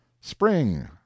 Spring